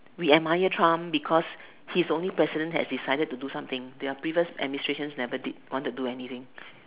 we admire Trump because he is only president that has decided to do something their previous administrations never did want to do anything